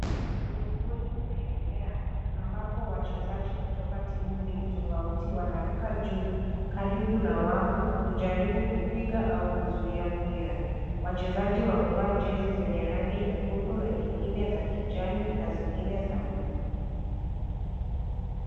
volleyballi unaendelea, ambapo wachezaji kutoka timu mbili tofauti, wanaruka juu karibu na wavu kujaribu kupiga au kuzuia mpira. Wachezaji wamevaa jezi zenye rangi nyekundu na nyingine za kijani na zingine za blue .